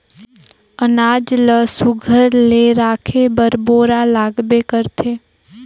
अनाज ल सुग्घर ले राखे बर बोरा लागबे करथे